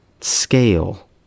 scale